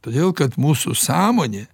todėl kad mūsų sąmonė